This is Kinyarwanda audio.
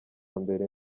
mbere